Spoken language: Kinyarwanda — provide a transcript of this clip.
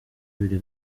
ibiri